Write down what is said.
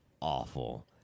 awful